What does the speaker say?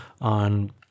on